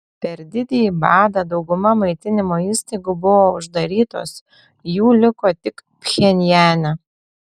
per didįjį badą dauguma maitinimo įstaigų buvo uždarytos jų liko tik pchenjane